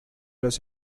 los